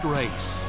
race